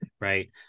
Right